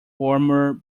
former